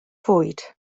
fwyd